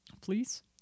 please